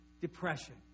depression